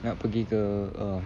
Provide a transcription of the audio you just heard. nak pergi ke um